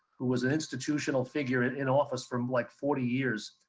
who was an institutional figure in in office from like forty years.